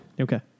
Okay